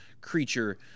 creature